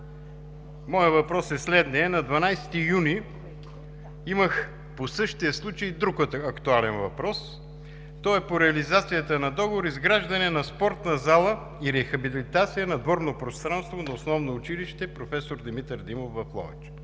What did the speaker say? Моят въпрос е следният: на 12 юни имах по същия случай друг актуален въпрос. Той е по реализацията на договор „Изграждане на спортна зала и рехабилитация на дворно пространство на основно училище „Професор Димитър Димов“ в Ловеч.